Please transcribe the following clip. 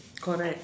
correct